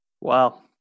Wow